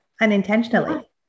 unintentionally